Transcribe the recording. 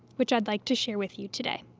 which i'd like to share with you today.